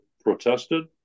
protested